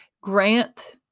grant